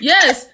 Yes